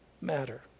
matter